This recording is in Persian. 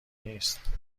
نیست